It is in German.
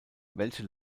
welche